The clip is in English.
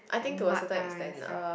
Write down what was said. like mud ah that stuff